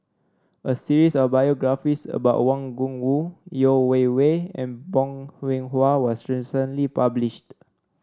a series of biographies about Wang Gungwu Yeo Wei Wei and Bong Hiong Hwa was recently published